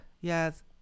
yes